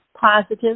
positive